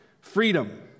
freedom